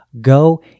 go